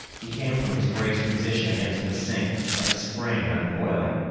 he came from his braced position against the sink like a spring uncoiling.